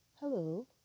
Hello